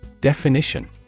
Definition